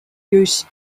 use